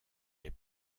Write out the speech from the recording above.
les